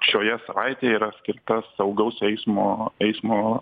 šioje savaitėje yra skirta saugaus eismo eismo